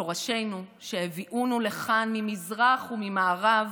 שורשינו, שהביאונו לכאן ממזרח וממערב,